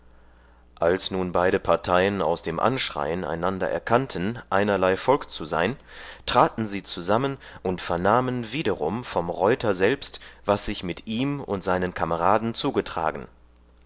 als nun beide parteien aus dem anschreien einander erkannten einerlei volk zu sein traten sie zusammen und vernahmen wiederum vom reuter selbst was sich mit ihm und seinen kameraden zugetragen